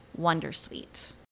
wondersuite